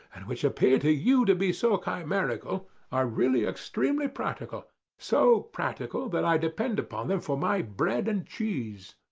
and which appear to you to be so chimerical are really extremely practical so practical that i depend upon them for my bread and cheese.